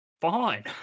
Fine